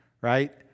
right